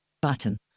button